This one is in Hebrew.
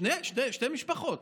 שתי משפחות